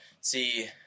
See